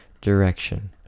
direction